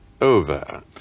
over